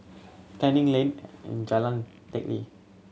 Canning Lane Jalan Teck Lee